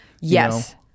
Yes